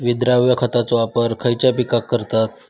विद्राव्य खताचो वापर खयच्या पिकांका करतत?